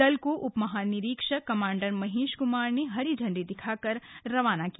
दल को उपमहानिरीक्षक कमांडर महेश कुमार ने हरी झंडी दिखाकर रवाना किया